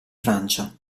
francia